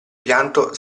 pianto